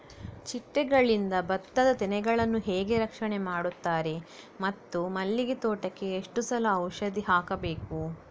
ಚಿಟ್ಟೆಗಳಿಂದ ಭತ್ತದ ತೆನೆಗಳನ್ನು ಹೇಗೆ ರಕ್ಷಣೆ ಮಾಡುತ್ತಾರೆ ಮತ್ತು ಮಲ್ಲಿಗೆ ತೋಟಕ್ಕೆ ಎಷ್ಟು ಸಲ ಔಷಧಿ ಹಾಕಬೇಕು?